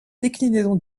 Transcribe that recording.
déclinaison